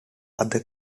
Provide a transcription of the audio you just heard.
other